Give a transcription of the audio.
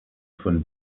von